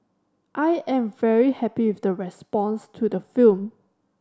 I am very happy with the response to the film